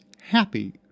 happy